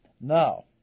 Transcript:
now